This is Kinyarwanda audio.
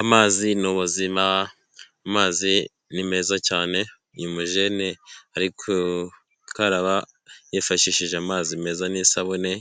Amazi ni ubuzima amazi ni meza cyane uyu mujene arigukaraba yifashishije amazi meza n'isabune